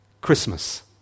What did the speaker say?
Christmas